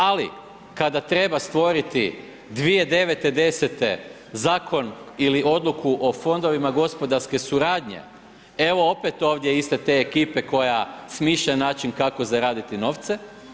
Ali, kada treba stvoriti 2009., 2010. zakon ili odluku o fondovima gospodarske suradnje, evo opet ovdje iste te ekipe koja smišlja način kako zaraditi novce.